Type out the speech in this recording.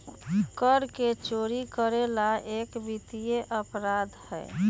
कर के चोरी करे ला एक वित्तीय अपराध हई